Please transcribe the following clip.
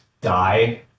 die